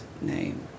name